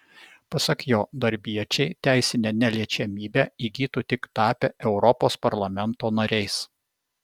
pasak jo darbiečiai teisinę neliečiamybę įgytų tik tapę europos parlamento nariais